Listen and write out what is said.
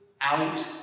out